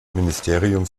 ministerium